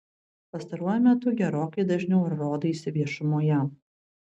pastaruoju metu gerokai dažniau rodaisi viešumoje